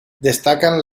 destacan